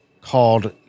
called